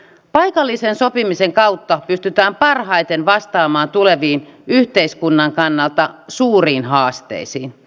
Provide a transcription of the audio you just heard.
paikallisen sopimisen kautta pystytään parhaiten vastaamaan tuleviin yhteiskunnan kannalta suuriin haasteisiin